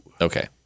Okay